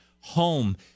home